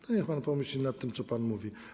To niech pan pomyśli nad tym, co pan mówi.